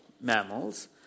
mammals